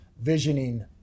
visioning